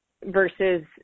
versus